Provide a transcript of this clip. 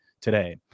today